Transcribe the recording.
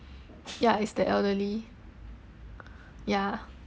ya it's the elderly ya